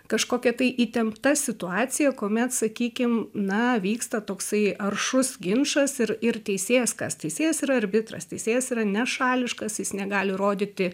kažkokia tai įtempta situacija kuomet sakykim na vyksta toksai aršus ginčas ir ir teisėjas kas teisėjas yra arbitras teisėjas yra nešališkas jis negali rodyti